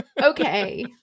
Okay